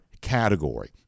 category